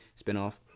spinoff